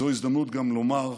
זו הזדמנות גם לומר,